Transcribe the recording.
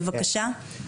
בבקשה.